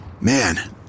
Man